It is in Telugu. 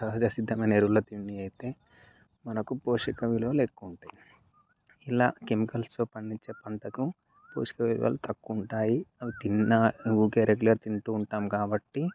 సహజసిద్ధమైన ఎరువులు తిండి అయితే మనకు పోషక విలువలు ఎక్కువ ఉంటాయి ఇలా కెమికల్స్తో పండించే పంటకు పోషక విలువలు తక్కువ ఉంటాయి అవి తిన్నా ఊరికే రెగ్యులర్గా తింటూ ఉంటాం కాబట్టి